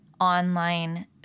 online